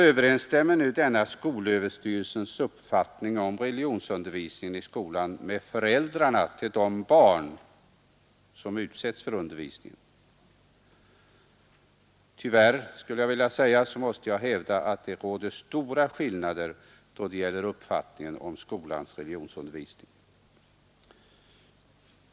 Överensstämmer nu denna skolöverstyrelsens uppfattning om religionsundervisningen i skolan med föräldrarnas till de barn som utsätts för undervisningen? Tyvärr måste jag hävda att det råder stora skillnader då det gäller uppfattningar om skolans religionsundervisning.